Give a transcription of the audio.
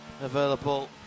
available